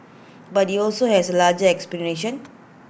but he also has A larger aspiration